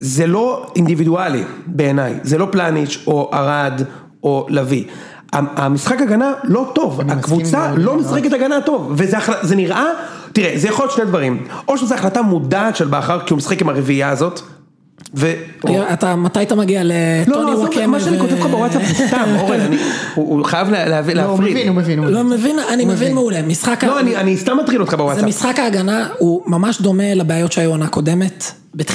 זה לא אינדיבידואלי בעיניי, זה לא פלניץ' או ערד או לביא. המשחק ההגנה לא טוב, הקבוצה לא משחק את ההגנה הטוב. וזה נראה... תראה, זה יכול להיות שני דברים. או שזו החלטה מודעת של בכר כי הוא משחק עם הרביעייה הזאת, ו... אתה מתי אתה מגיע לטוני רוקמן? מה שאני כותב לך בוואטסאפ זה סתם, אורן, אני... הוא חייב להפריד. הוא מבין, הוא מבין, הוא מבין. אני מבין מעולה, משחק ההגנה... לא, אני סתם מטריל אותך בוואטסאפ. המשחק ההגנה הוא ממש דומה לבעיות שהיו עונה קודמת.